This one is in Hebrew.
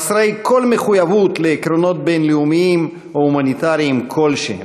חסרי כל מחויבות לעקרונות בין-לאומיים או הומניטריים כלשהם.